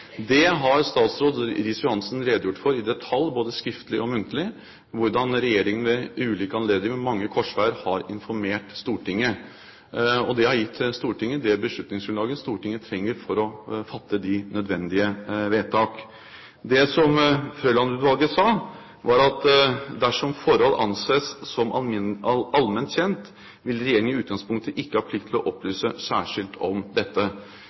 Statsråd Riis-Johansen redegjorde i detalj, både skriftlig og muntlig, for hvordan regjeringen ved ulike anledninger ved mange korsveier har informert Stortinget. Det har gitt Stortinget det beslutningsgrunnlaget Stortinget trenger for å fatte de nødvendige vedtak. Det Frøiland-utvalget sa, var at dersom forhold «anses som allment kjent, ville regjeringen i utgangspunktet ikke ha plikt til å opplyse særskilt om